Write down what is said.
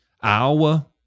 Iowa